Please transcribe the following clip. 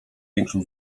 większą